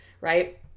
right